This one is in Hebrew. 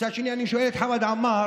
מצד שני אני שואל את חמד עמאר,